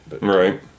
Right